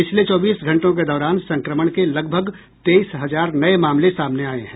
पिछले चौबीस घंटों के दौरान संक्रमण के लगभग तेईस हजार नये मामले सामने आये हैं